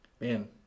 man